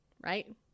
right